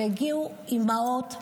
והגיעו אימהות עוצמתיות.